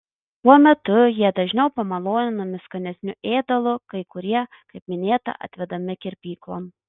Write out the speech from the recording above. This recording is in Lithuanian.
tuo metu jie dažniau pamaloninami skanesniu ėdalu kai kurie kaip minėta atvedami kirpyklon